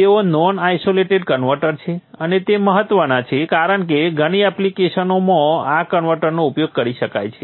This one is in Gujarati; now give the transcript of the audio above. તેઓ નોન આઇસોલેટેડ કન્વર્ટર છે અને તે મહત્વના છે કારણ કે ઘણી એપ્લિકેશનો માં આ કન્વર્ટરનો ઉપયોગ કરી શકાય છે